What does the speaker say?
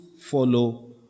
follow